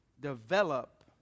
develop